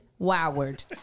Woward